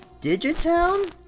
Digitown